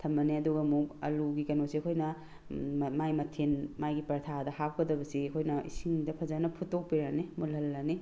ꯊꯝꯃꯅꯤ ꯑꯗꯨꯒ ꯑꯃꯨꯛ ꯑꯥꯜꯂꯨꯒꯤ ꯀꯩꯅꯣꯁꯦ ꯑꯩꯈꯣꯏꯅ ꯃꯥꯏ ꯃꯊꯦꯜ ꯃꯥꯒꯤ ꯄꯔꯥꯊꯥꯗ ꯍꯥꯞꯀꯗꯕꯁꯤ ꯑꯩꯈꯣꯏꯅ ꯏꯁꯤꯡꯗ ꯐꯖꯅ ꯐꯨꯠꯇꯣꯛꯄꯤꯔꯅꯤ ꯃꯨꯜꯍꯜꯂꯅꯤ